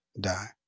die